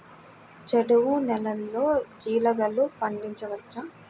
చవుడు నేలలో జీలగలు పండించవచ్చా?